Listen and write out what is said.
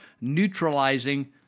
neutralizing